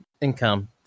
income